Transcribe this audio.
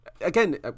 Again